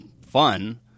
fun